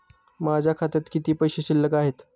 माझ्या खात्यात किती पैसे शिल्लक आहेत?